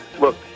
Look